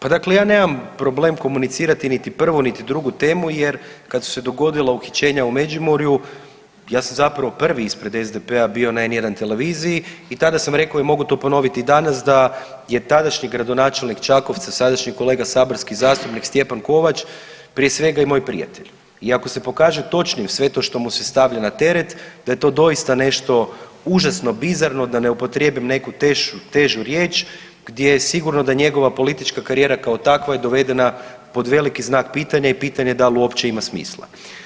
Pa dakle ja nemam problem komunicirati niti prvu niti drugu temu jer kad su se dogodila uhićenja u Međimurju ja sam zapravo prvi ispred SDP-a bio na N1 televiziji i tada sam rekao i mogu to ponoviti i danas da je tadašnji gradonačelnik Čakovca, sadašnji kolega saborski zastupnik Stjepan Kovač prije svega i moj prijatelj i ako se pokaže točnim sve to što mu se stavlja na teret da je to doista nešto užasno bizarno, da ne upotrijebim neku težu riječ gdje sigurno da njegova politička karijera kao takva je dovedena pod veliki znak pitanja i pitanje dal uopće ima smisla.